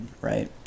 right